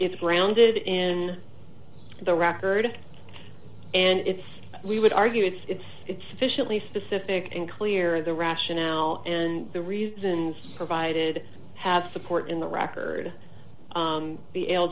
it's grounded in the record and it's we would argue it's it's officially specific and clear the rationale and the reasons provided have support in the record